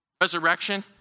resurrection